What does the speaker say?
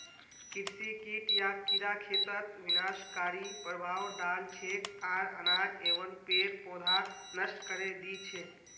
कृषि कीट या कीड़ा खेतत विनाशकारी प्रभाव डाल छेक आर अनाज एवं पेड़ पौधाक नष्ट करे दी छेक